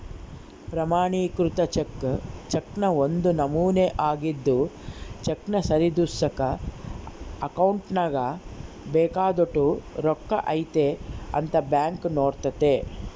ಪ್ರಮಾಣಿಕೃತ ಚೆಕ್ ಚೆಕ್ನ ಒಂದು ನಮೂನೆ ಆಗಿದ್ದು ಚೆಕ್ನ ಸರಿದೂಗ್ಸಕ ಅಕೌಂಟ್ನಾಗ ಬೇಕಾದೋಟು ರೊಕ್ಕ ಐತೆ ಅಂತ ಬ್ಯಾಂಕ್ ನೋಡ್ತತೆ